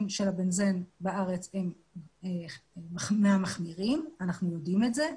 של ה-בנזן בארץ הם מהמחמירים ואנחנו יודעים את זה.